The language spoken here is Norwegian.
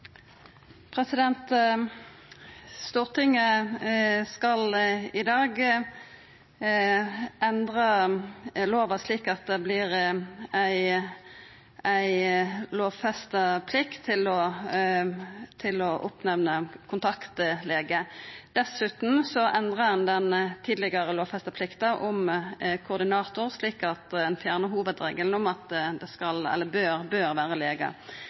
for. Stortinget skal i dag endra lova slik at det vert ei lovfesta plikt til å oppnemna kontaktlege. Dessutan endrar ein den tidlegare lovfesta plikta om koordinator, slik at ein fjernar hovudregelen om at det bør vera lege.